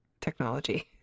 technology